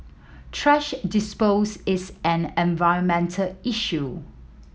thrash dispose is an environment issue